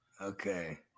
Okay